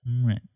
Right